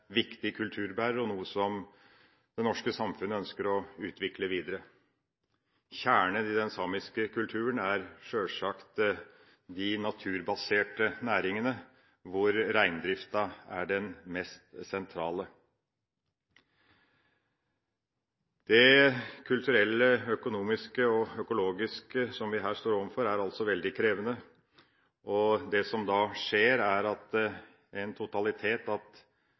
viktig kulturbærer og noe som det norske samfunnet ønsker å utvikle videre. Kjernen i den samiske kulturen er sjølsagt de naturbaserte næringene, der reindrifta er den mest sentrale. Det kulturelle, økonomiske og økologiske som vi her står overfor, er altså veldig krevende. Det som da skjer er, som en totalitet, at